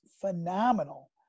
phenomenal